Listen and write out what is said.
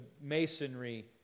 masonry